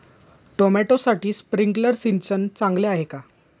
टोमॅटोसाठी स्प्रिंकलर सिंचन चांगले आहे का?